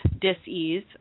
dis-ease